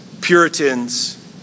Puritans